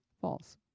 false